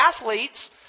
athletes